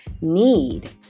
need